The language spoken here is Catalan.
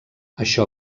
això